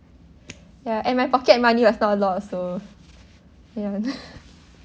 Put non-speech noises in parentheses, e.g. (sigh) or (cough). ya and my pocket money was not a lot also (laughs) ya